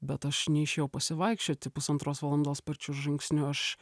bet aš neišėjau pasivaikščioti pusantros valandos sparčiu žingsniu aš